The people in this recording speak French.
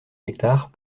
hectares